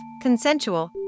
consensual